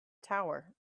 tower